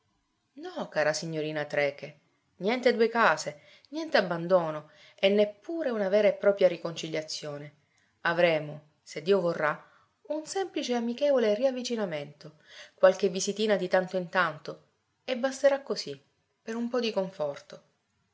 no cara signorina trecke niente due case niente abbandono e neppure una vera e propria riconciliazione avremo se dio vorrà un semplice amichevole riavvicinamento qualche visitina di tanto in tanto e basterà così per un po di conforto